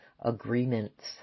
agreements